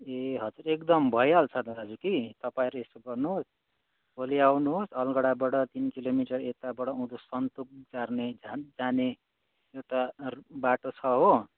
ए हजुर एकदम भइहाल्छ दाजु कि तपाईँहरू यसो गर्नुहोस् भोलि आउनुहोस् अलगडाबाट तिन किलोमिटर यताबाट उँधो सन्तुक जाने जाने एउटा बाटो छ हो